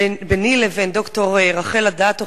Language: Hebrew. ביני לבין ד"ר רחל אדטו,